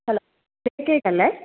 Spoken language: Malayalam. ഹലോ കേക്ക് അല്ലേ